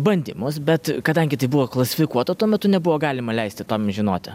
bandymus bet kadangi tai buvo klasifikuota tuo metu nebuvo galima leisti tom žinoti